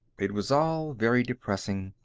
it was all very depressing,